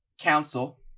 council